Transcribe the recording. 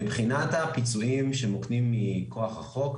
מבחינת הפיצויים שמוקנים מכוח החוק,